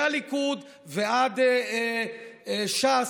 מהליכוד ועד ש"ס,